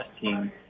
team